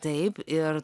taip ir